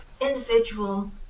individual